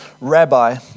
rabbi